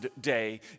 day